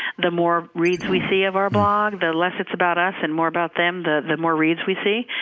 the more reads we see of our blog. the less it's about us, and more about them, the the more reads we see.